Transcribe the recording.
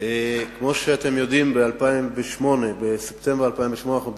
כמו שאתם יודעים, בספטמבר 2008 אנחנו ביטלנו,